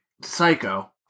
Psycho